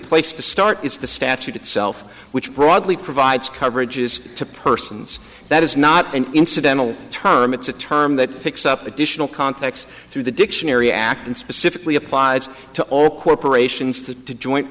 place to start is the statute itself which broadly provides coverage is to persons that is not an incidental term it's a term that picks up additional context through the dictionary act and specifically applies to all corporations to join